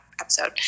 episode